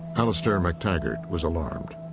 alastair mactaggart was alarmed.